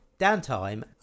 Downtime